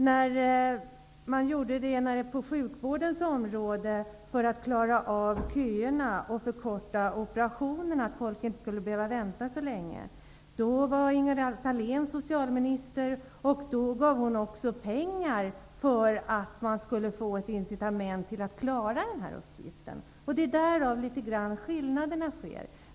När man gjorde motsvarande på sjukvårdens område för att förkorta köerna till operationer så att folk inte skulle behöva vänta så länge föreslog socialministern -- som då var Ingela Thalén -- också pengar för att man skulle få ett incitament för att klara den uppgiften. Det är en skillnad.